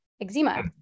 eczema